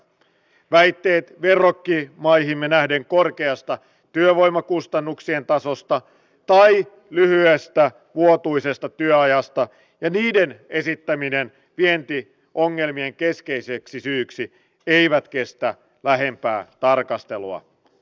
väitteet verrokkimaihimme nähden korkeasta työvoimakustannuksien tasosta tai lyhyestä vuotuisesta työajasta ja niiden esittäminen vientiongelmien keskeiseksi syyksi eivät kestä lähempää tarkastelua